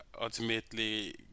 ultimately